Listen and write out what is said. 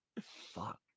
Fuck